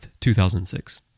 2006